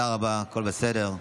הכול בסדר.